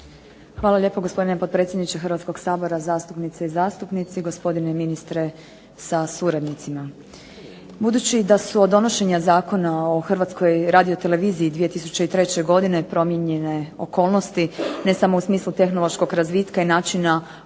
Hvala lijepo gospodine potpredsjedniče Hrvatskog sabora. Zastupnice i zastupnici, gospodine ministre sa suradnicima. Budući da su od donošenja Zakona o HRT-i 2003. godine promijenjene okolnosti ne samo u smislu tehnološkog razvitka i načina određivanja